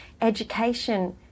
Education